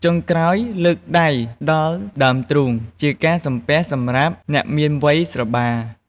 ចុងក្រោយ លើកដៃដល់ដើមទ្រូង ជាការសំពះសម្រាប់អ្នកមានវ័យស្របាល។